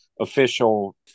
official